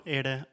era